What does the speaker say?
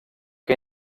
que